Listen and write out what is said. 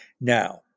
Now